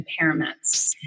impairments